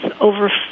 over